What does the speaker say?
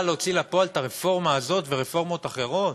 להוציא לפועל את הרפורמה הזאת ורפורמות אחרות?